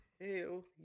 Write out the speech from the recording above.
Hell